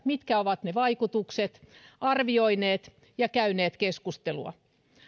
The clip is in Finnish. mitkä ovat ne vaikutukset arvioineet ja käyneet keskustelua